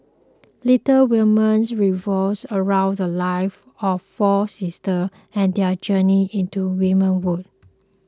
Little Women revolves around the lives of four sisters and their journey into womanhood